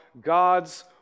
God's